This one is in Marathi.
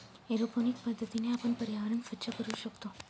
एरोपोनिक पद्धतीने आपण पर्यावरण स्वच्छ करू शकतो